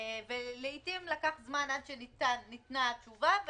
לעתים לקח זמן עד שניתנה התשובה,